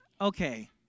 Okay